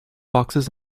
boxes